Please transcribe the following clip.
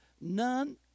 None